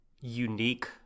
unique